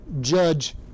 judge